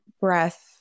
breath